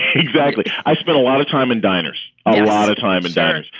exactly i spent a lot of time in diners. a lot of time in diners,